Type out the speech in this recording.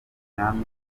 mwami